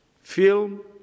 film